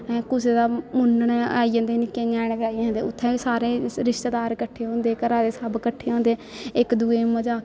कुसै दा मुन्नन ऐ आई जंदे निक्के ञयाने आई जंदे उत्थै सारे रिश्तेदार कट्ठे होंदे घरा दे सब कट्ठे होंदे इक दूए गी मजाकां